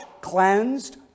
cleansed